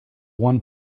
one